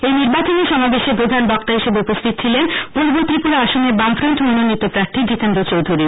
এই নির্বাচনী সমাবেশে প্রধান বক্তা হিসাবে উপস্থিত ছিলেন পূর্ব ত্রিপুরা আসনে বামফ্রন্ট মনোনীত প্রার্থী জিতেন্দ্র চৌধুরী